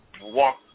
walk